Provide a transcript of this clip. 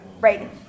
Right